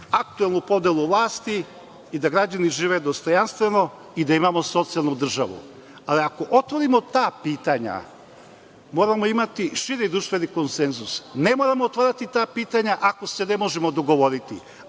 aktuelnu podelu vlasti, da građani žive dostojanstveno i da imamo socijalnu državu. Ali, ako otvorimo ta pitanja, moramo imati širi društveni konsenzus. Ne moramo otvarati ta pitanja, ako se ne možemo dogovoriti,